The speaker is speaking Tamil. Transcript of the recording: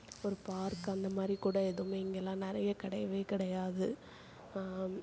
ஒரு பார்க் அந்த மாதிரி கூட எதுவும் இங்கெல்லாம் நிறைய கிடையவே கிடையாது